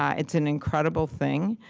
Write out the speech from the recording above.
ah it's an incredible thing.